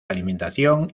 alimentación